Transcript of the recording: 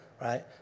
right